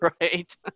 Right